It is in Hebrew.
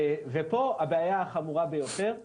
ופה הבעיה החמורה ביותר: